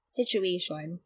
situation